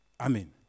Amen